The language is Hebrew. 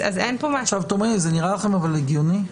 זה נראה לכם הגיוני?